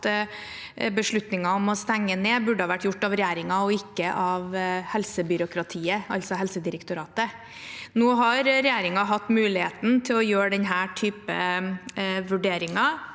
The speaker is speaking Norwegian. at beslutningen om å stenge ned burde ha vært gjort av regjeringen og ikke av helsebyråkratiet, altså Helsedirektoratet. Nå har regjeringen hatt muligheten til å foreta denne typen vurderinger